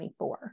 2024